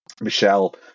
Michelle